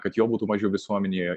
kad jo būtų mažiau visuomenėje